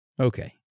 Okay